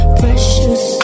precious